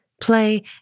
Play